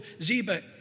Ziba